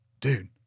Dude